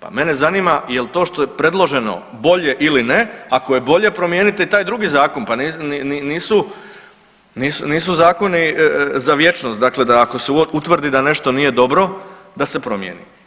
pa mene zanima jel to što je predloženo bolje ili ne, ako je bolje promijenite i taj drugi zakon, pa nisu, nisu zakoni za vječnost, dakle da ako se utvrdi da nešto nije dobro da se promijeni.